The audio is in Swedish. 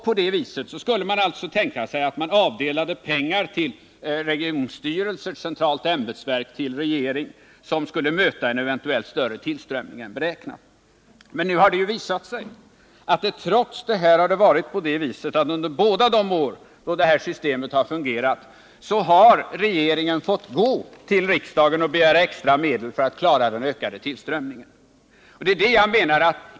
På det viset skulle man kunna tänka sig att avdela pengar till regionstyrelse, centralt ämbetsverk och regering, som skulle möta en eventuellt större tillströmning än beräknat. Men nu har det visat sig att trots detta har regeringen under båda de år systemet har fungerat fått gå till riksdagen och begära extra medel för att klara den ökade tillströmningen.